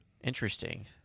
Interesting